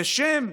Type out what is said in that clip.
בשם,